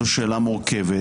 זו שאלה מורכבת